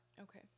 okay